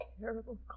Terrible